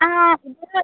ആ ഇത്